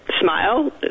smile